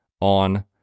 on